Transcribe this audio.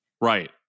Right